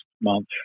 month